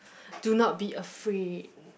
do not be afraid